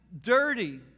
dirty